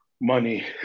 Money